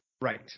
Right